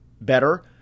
better